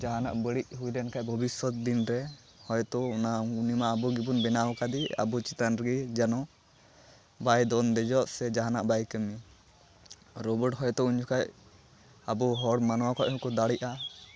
ᱡᱟᱦᱟᱱᱟᱜ ᱵᱟᱹᱲᱤᱡ ᱦᱩᱭᱞᱮᱱ ᱠᱷᱟᱱ ᱵᱷᱚᱵᱤᱥᱥᱚᱛ ᱫᱤᱱᱨᱮ ᱦᱚᱭᱛᱚ ᱚᱱᱟ ᱩᱱᱤᱢᱟ ᱟᱵᱚ ᱜᱮᱵᱚᱱ ᱵᱮᱱᱟᱣ ᱠᱟᱫᱮ ᱟᱨ ᱟᱵᱚ ᱪᱮᱛᱟᱱ ᱨᱮᱜᱮ ᱡᱮᱱᱚ ᱵᱟᱭ ᱫᱚᱱ ᱫᱮᱡᱚᱜ ᱥᱮ ᱡᱟᱦᱟᱱᱟᱜ ᱵᱟᱭ ᱠᱟᱹᱢᱤᱭ ᱨᱳᱵᱚᱴ ᱦᱚᱭᱛᱳ ᱩᱱ ᱡᱚᱠᱷᱟᱱ ᱟᱵᱚ ᱦᱚᱲ ᱢᱟᱱᱣᱟ ᱠᱷᱚᱡᱦᱚᱸᱠᱚ ᱫᱟᱲᱮᱜᱼᱟ